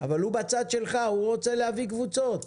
אבל הוא בצד שלך, הוא רוצה להביא קבוצות.